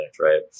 right